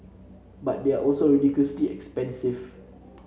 but they are also ridiculously expensive